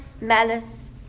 malice